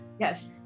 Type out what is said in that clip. yes